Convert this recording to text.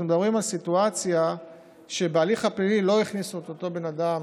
אנחנו מדברים על סיטואציה שבהליך הפלילי לא הכניסו את אותו בן אדם